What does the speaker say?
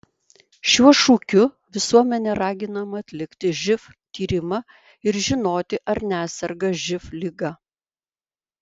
šiuo šūkiu visuomenė raginama atlikti živ tyrimą ir žinoti ar neserga živ liga